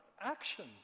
action